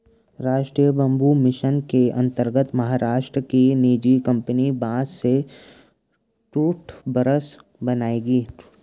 राष्ट्रीय bamboo mission के अंतर्गत महाराष्ट्र की निजी कंपनी बांस से टूथब्रश बनाएगी